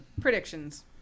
Predictions